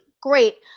great